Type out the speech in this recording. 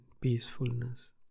peacefulness